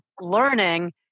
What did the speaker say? learning